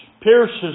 Pierces